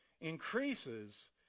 increases